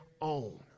own